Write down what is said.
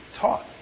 taught